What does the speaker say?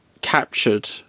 captured